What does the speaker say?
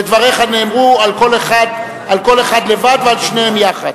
ודבריך נאמרו על כל אחד לבד ועל שניהם יחד.